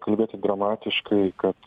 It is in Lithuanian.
kalbėti dramatiškai kad